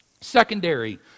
Secondary